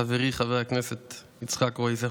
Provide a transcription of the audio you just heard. חברי חבר הכנסת יצחק קרויזר.